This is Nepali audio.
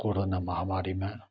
कोरोना महामारीमा